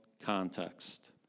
context